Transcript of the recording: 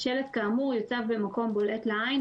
שלט כאמור יוצב במקום בולט לעין,